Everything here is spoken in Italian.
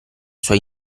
suoi